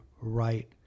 right